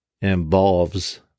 involves